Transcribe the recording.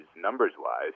numbers-wise